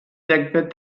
degfed